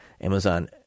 Amazon